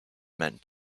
meant